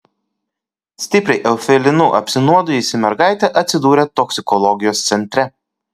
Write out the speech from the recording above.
stipriai eufilinu apsinuodijusi mergaitė atsidūrė toksikologijos centre